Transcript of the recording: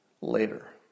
later